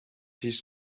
his